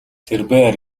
тэрбээр